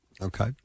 Okay